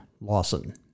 Lawson